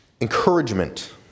encouragement